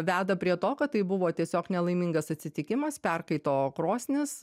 veda prie to kad tai buvo tiesiog nelaimingas atsitikimas perkaito krosnis